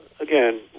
again